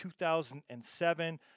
2007